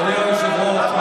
תגיד לי מתי אני חוזר.